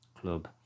club